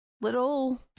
little